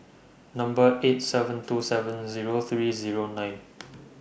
Number eight seven two seven Zero three Zero nine